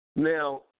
Now